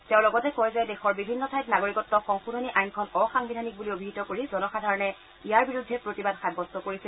তেওঁ লগতে কয় যে দেশৰ বিভিন্ন ঠাইত নাগৰিকত্ সংশোধনী আইনখন অসাংবিধানিক বুলি অভিহিত কৰি জনসাধাৰণে ইয়াৰ বিৰুদ্ধে প্ৰতিবাদ সাব্যস্ত কৰিছে